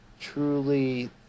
truly